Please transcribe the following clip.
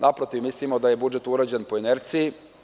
Naprotiv, mislimo da je budžet urađen po inerciji.